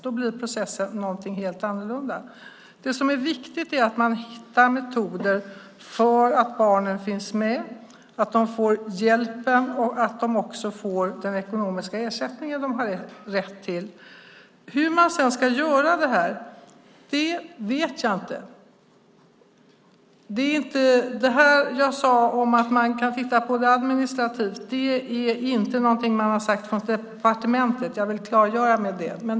Då blir processen helt annorlunda. Det som är viktigt är att man hittar metoder för att få barnen med, att barnen får hjälp och får den ekonomiska ersättning som de har rätt till. Hur man sedan ska göra det vet jag inte. Jag sade att man kan titta på det administrativt, men det är ingenting som man har sagt från departementet - jag vill klargöra det.